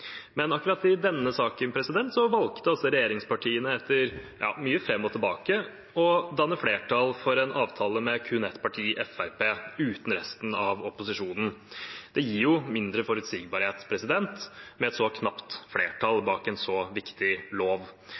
Akkurat i denne saken valgte altså regjeringspartiene etter mye fram og tilbake å danne flertall for en avtale med kun ett parti, Fremskrittspartiet, uten resten av opposisjonen. Et så knapt flertall bak en så viktig lov gir jo mindre forutsigbarhet.